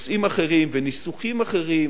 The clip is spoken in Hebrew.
בפעם הבאה נושאים אחרים וניסוחים אחרים,